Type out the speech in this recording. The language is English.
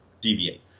deviate